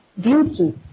beauty